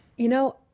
you know,